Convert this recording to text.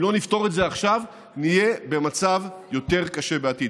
אם לא נפתור את זה עכשיו נהיה במצב יותר קשה בעתיד.